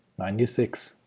ninety six.